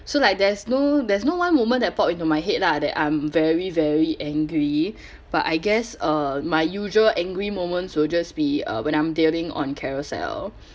so like there's no there's no one moment that pop into my head lah that I'm very very angry but I guess uh my usual angry moments will just be uh when I'm dealing on carousell